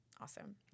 Awesome